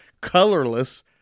colorless